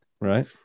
Right